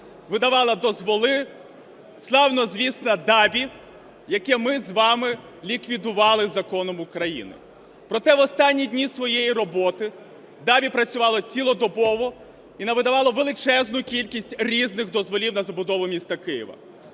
видавала дозволи славнозвісна ДАБІ, яку ми з вами ліквідували законом України. Проте, в останні дні своєї роботи ДАБІ працювала цілодобово і навидавала величезну кількість різних дозволів на забудову міста Києва,